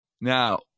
Now